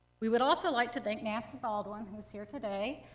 we would also like to thank nancy baldwin, who is here today,